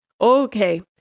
okay